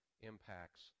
impacts